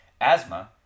Asthma